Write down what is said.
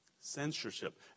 Censorship